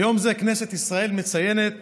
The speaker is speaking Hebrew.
ביום זה כנסת ישראל מציינת